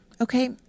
Okay